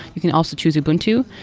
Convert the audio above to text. you can also choose ubuntu.